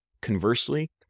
Conversely